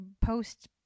post